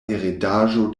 heredaĵo